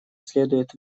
следует